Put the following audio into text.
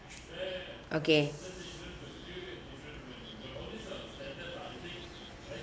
okay